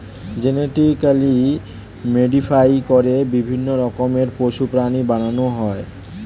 genetically modify করে বিভিন্ন রকমের পশু, প্রাণী বানানো হয়